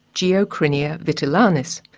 geocrinia vitelanis,